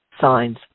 signs